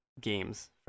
games